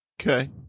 Okay